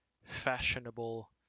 fashionable